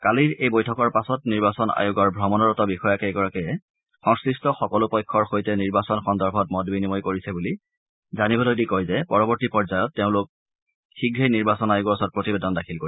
কালিৰ এই বৈঠকৰ পাছত নিৰ্বাচন আয়োগৰ ভ্ৰমণৰত বিষয়াকেইগৰাকীয়ে সংশ্লিষ্ট সকলো পক্ষৰ সৈতে নিৰ্বাচন সন্দৰ্ভত মত বিনিময় কৰিছে কৰিছে বুলি জানিবলৈ দি কয় যে পৰৱৰ্তী পৰ্যায়ত তেওঁলোকে শীঘেই নিৰ্বাচন আয়োগৰ ওচৰত প্ৰতিবেদন দাখিল কৰিব